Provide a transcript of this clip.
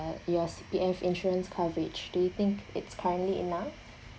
your C_P_F insurance coverage do you think it's currently enough